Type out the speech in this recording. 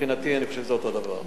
מבחינתי, אני חושב שזה אותו דבר.